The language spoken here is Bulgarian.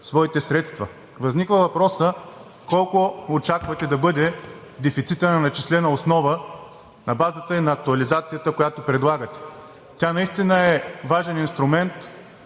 своите средства? Възниква и въпросът: колко очаквате да бъде дефицитът на начислена основа на базата и на актуализацията, която предлагате? Тя наистина е важен инструмент,